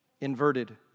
inverted